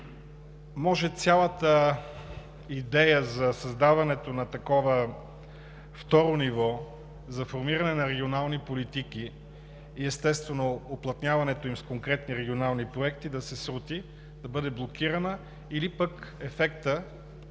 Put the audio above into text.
може цялата идея за създаването на такова второ ниво за формиране на регионални политики и, естествено, уплътняването им с конкретни регионални проекти да се срути, да бъде блокирана или пък ефектът